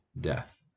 death